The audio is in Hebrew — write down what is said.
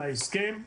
להסכם,